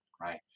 right